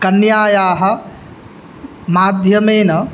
कन्यायाः माध्यमेन